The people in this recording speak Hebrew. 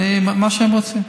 מה שהם רוצים.